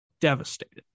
devastated